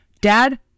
Dad